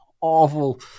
Awful